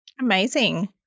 amazing